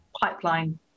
pipeline